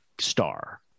star